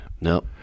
No